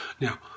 Now